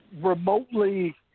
remotely